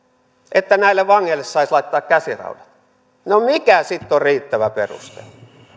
että näille vangeille saisi laittaa käsiraudat no mikä sitten on riittävä peruste